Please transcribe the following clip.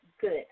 good